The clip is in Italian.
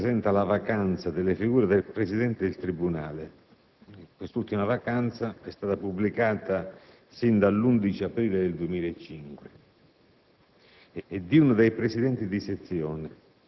L'organico, peraltro, presenta la vacanza delle figure del presidente del tribunale, vacanza pubblicata sin dall'11 aprile 2005,